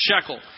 shekel